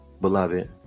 beloved